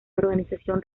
organización